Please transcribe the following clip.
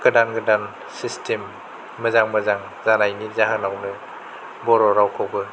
गोदान गोदान सिस्टेम मोजां मोजां जानायनि जाहोनावनो बर' रावखौबो